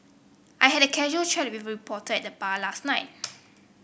I had a casual chat with a reporter at the bar last night